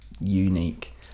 unique